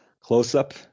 close-up